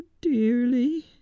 dearly